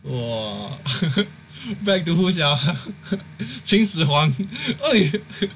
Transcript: !wah! brag to who sia 秦始皇 !oi!